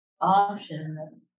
option